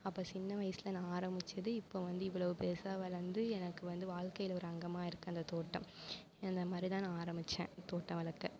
அப்போ சின்ன வயசுல நான் ஆரம்மிச்சது இப்போ வந்து இவ்வளோ பெருசாக வளர்ந்து எனக்கு வந்து வாழ்க்கையில் ஒரு அங்கமாக இருக்கு அந்த தோட்டம் இந்தமாதிரிதா நான் ஆரம்மிச்சேன் தோட்டம் வளர்க்க